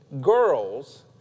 Girls